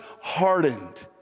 hardened